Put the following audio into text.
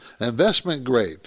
investment-grade